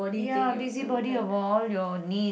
ya busybody of all your need